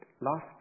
last